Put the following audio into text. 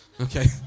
Okay